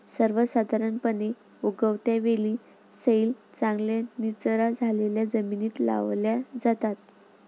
सर्वसाधारणपणे, उगवत्या वेली सैल, चांगल्या निचरा झालेल्या जमिनीत लावल्या जातात